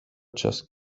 just